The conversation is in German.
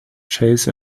chase